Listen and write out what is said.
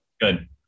good